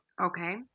Okay